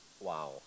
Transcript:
Wow